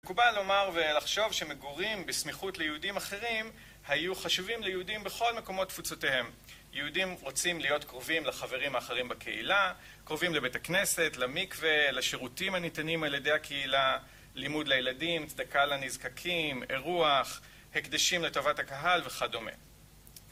מקובל לומר ולחשוב שמגורים בסמיכות ליהודים אחרים היו חשובים ליהודים בכל מקומות תפוצותיהם. יהודים רוצים להיות קרובים לחברים האחרים בקהילה, קרובים לבית הכנסת, למקווה, לשירותים הניתנים על ידי הקהילה, לימוד לילדים, צדקה לנזקקים, אירוח, הקדשים לטובת הקהל וכדומה.